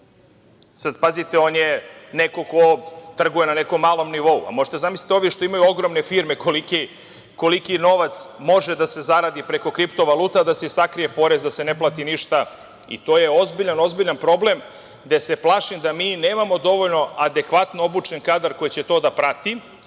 evra. Pazite, on je neko ko trguje na nekom malom nivou, a možete da zamislite ovi što imaju ogromne firme koliki novac može da se zaradi preko kriptovaluta, a da se sakrije porez, da se ne plati ništa. To je ozbiljan problem gde se plašim da mi nemamo dovoljno adekvatno obučen kadar koji će to da prati.